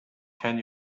can